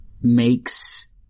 makes